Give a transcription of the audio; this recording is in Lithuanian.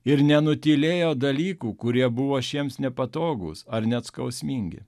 ir nenutylėjo dalykų kurie buvo šiems nepatogūs ar net skausmingi